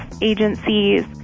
agencies